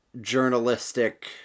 journalistic